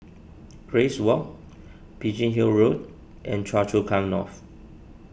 Grace Walk Biggin Hill Road and Choa Chu Kang North